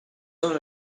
seus